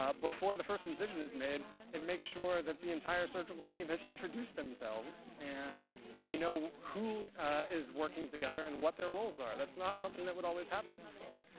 um before the first incision is made, it makes sure that the entire surgical team has introduced themselves and they know who is working together and what their roles are. that's not something that would always happen before.